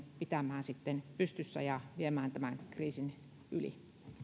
pitämään pystyssä ja viemään tämän kriisin yli